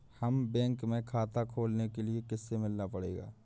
हमे बैंक में खाता खोलने के लिए किससे मिलना पड़ेगा?